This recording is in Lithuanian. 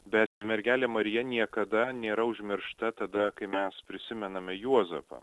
bet mergelė marija niekada nėra užmiršta tada kai mes prisimename juozapą